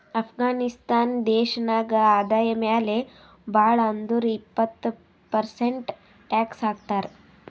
ಅಫ್ಘಾನಿಸ್ತಾನ್ ದೇಶ ನಾಗ್ ಆದಾಯ ಮ್ಯಾಲ ಭಾಳ್ ಅಂದುರ್ ಇಪ್ಪತ್ ಪರ್ಸೆಂಟ್ ಟ್ಯಾಕ್ಸ್ ಹಾಕ್ತರ್